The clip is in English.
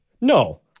No